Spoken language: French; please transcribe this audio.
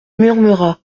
murmura